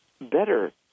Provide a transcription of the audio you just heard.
better